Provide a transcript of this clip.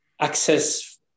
access